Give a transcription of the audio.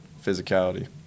physicality